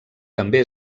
també